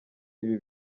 ibi